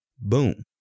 boom